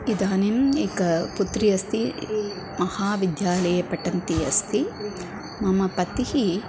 इदानीम् एका पुत्री अस्ति महाविद्यालये पठन्ती अस्ति मम पतिः